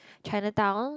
Chinatown